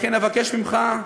לכן אבקש ממך,